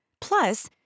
Plus